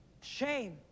shame